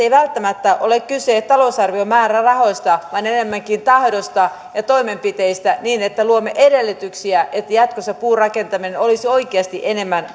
ei välttämättä ole kyse talousarviomäärärahoista vaan enemmänkin tahdosta ja toimenpiteistä niin että luomme edellytyksiä että jatkossa puurakentaminen olisi oikeasti enemmän